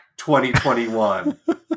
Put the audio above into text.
2021